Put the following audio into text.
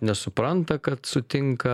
nesupranta kad sutinka